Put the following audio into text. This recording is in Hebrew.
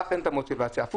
לך אין את המוטיבציה ההפוכה,